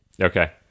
Okay